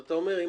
אתה אומר אם